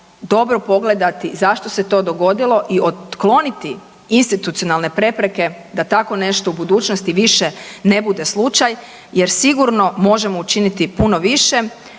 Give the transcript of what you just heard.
dobro pogledati zašto se to dogodilo i otkloniti institucionalne prepreke da tako nešto u budućni više ne bude slučaj jer sigurno možemo učiniti puno više,